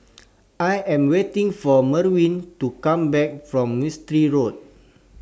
I Am waiting For Merwin to Come Back from Mistri Road